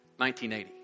1980